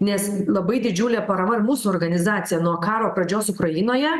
nes labai didžiulė parama ir mūsų organizacija nuo karo pradžios ukrainoje